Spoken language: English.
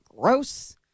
gross